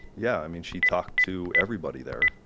yeah, i mean she talked to everybody there,